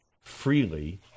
freely